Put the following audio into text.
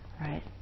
right